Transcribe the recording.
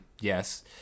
yes